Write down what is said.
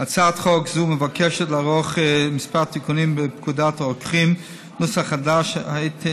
הצעת חוק זו מבקשת לערוך כמה תיקונים בפקודת הרוקחים (נוסח חדש),